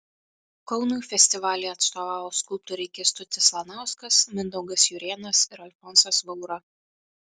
kaunui festivalyje atstovavo skulptoriai kęstutis lanauskas mindaugas jurėnas ir alfonsas vaura